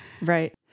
Right